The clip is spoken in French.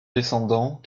descendant